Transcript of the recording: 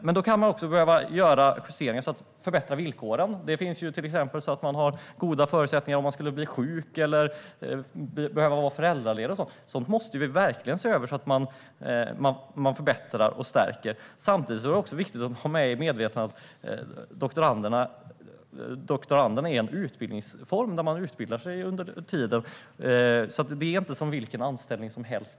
Det kan dock behövas justeringar och förbättringar av villkoren, till exempel genom att ge goda förutsättningar om man skulle bli sjuk eller behöva vara föräldraledig och så vidare. Sådant måste vi verkligen se över, förbättra och stärka. Det är samtidigt viktigt att vara medveten om att doktorandstudier är en utbildningsform och alltså inte som vilken anställning som helst.